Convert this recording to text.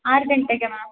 ಆರು ಗಂಟೆಗೆ ಮ್ಯಾಮ್